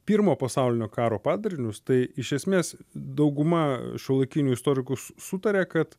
pirmo pasaulinio karo padarinius tai iš esmės dauguma šiuolaikinių istorikų su sutaria kad